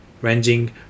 ranging